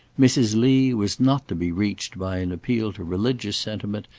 mrs. lee was not to be reached by an appeal to religious sentiment,